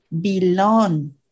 belong